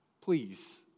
Please